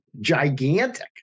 gigantic